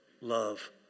love